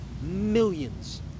millions